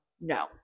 No